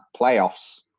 playoffs